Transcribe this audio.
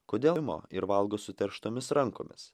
kodėl ir valgo suterštomis rankomis